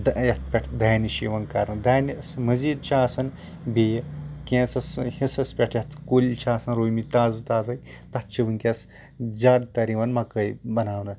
پٮ۪ٹھ دانہِ چھُ یِوان کرنہٕ دانہِ مٔزیٖد چھُ آسان بیٚیہِ کیٚنٛژس حِصس پٮ۪ٹھ یَتھ کُلۍ چھِ آسان رُومٕتۍ تازٕ تازٕے تَتھ چھِ وٕنٛکیس زیادٕ تر یِوان مکٲے بَناونہٕ